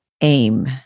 AIM